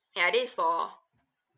ya this is for